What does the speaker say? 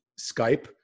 Skype